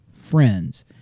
friends